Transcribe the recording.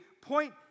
point